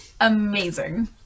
amazing